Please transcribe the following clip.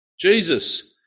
Jesus